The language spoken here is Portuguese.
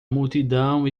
multidão